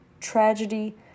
tragedy